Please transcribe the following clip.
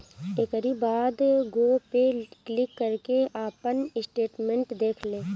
एकरी बाद गो पे क्लिक करके आपन स्टेटमेंट देख लें